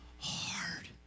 hard